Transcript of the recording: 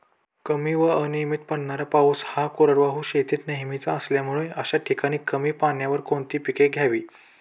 कमी व अनियमित पडणारा पाऊस हा कोरडवाहू शेतीत नेहमीचा असल्यामुळे अशा ठिकाणी कमी पाण्यावर कोणती पिके घ्यावी?